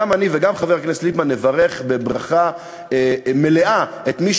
גם אני וגם חבר הכנסת ליפמן נברך בברכה מלאה את מי